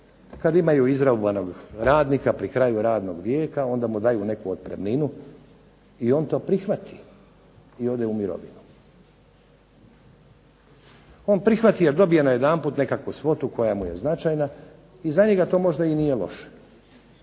kada imaju izmjenu radnika pri kraju radnog vijeka, onda mu daju nekakvu otpremninu i on to prihvati i ode u mirovinu. On prihvati jer dobije najedanput nekakvu svotu koja je njemu značajna i za njega to možda i nije loše,